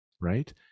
right